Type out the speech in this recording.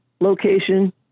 location